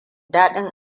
daɗin